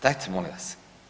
Dajte molim vas.